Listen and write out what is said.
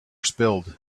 spilled